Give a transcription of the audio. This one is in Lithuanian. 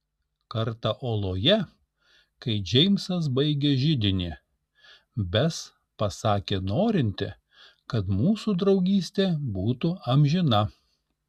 kartą oloje kai džeimsas baigė židinį bes pasakė norinti kad mūsų draugystė būtų amžina